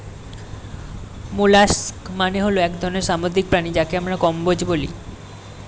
molluscs মানে এক ধরনের সামুদ্রিক প্রাণী যাকে আমরা কম্বোজ বলি